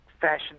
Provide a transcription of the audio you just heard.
fashion